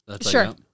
Sure